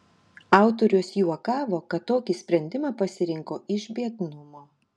autorius juokavo kad tokį sprendimą pasirinko iš biednumo